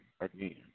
again